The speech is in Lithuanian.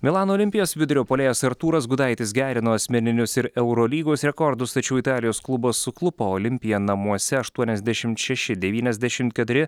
milano olimpijos vidurio puolėjas artūras gudaitis gerino asmeninius ir eurolygos rekordus tačiau italijos klubas suklupo olimpija namuose aštuoniasdešimt šeši devyniasdešimt keturi